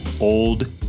old